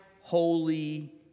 holy